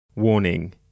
Warning